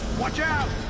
watch out!